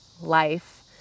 life